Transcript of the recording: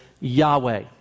Yahweh